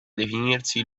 definirsi